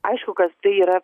aišku kad tai yra